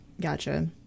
Gotcha